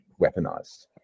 weaponized